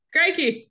Crikey